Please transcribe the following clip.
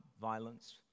violence